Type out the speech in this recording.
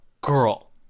girl